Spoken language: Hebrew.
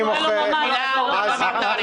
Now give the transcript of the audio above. לא, לא, לא, אני מוחה.